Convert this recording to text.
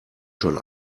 schon